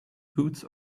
boots